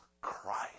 Christ